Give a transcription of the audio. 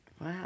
Wow